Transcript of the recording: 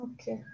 Okay